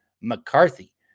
McCarthy